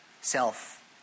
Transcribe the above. self